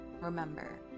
remember